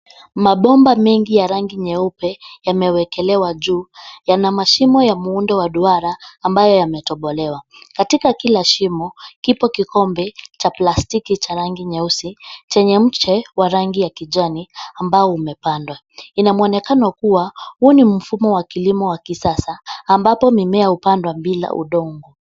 Mabomba mengi ya rangi nyeupe yamewekelewa juu. Yana mashimo ya muundo wa duara ambayo yametobolewa. Katika kila shimo, kipo kikombe cha plastiki cha rangi nyeusi chenye mche wa rangi ya kijani ambao umepandwa. Ina mwonekano kuwa huu ni mfumo wa kilimo wa kisasa ambapo mimea hupandwa bila udongo.